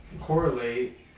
correlate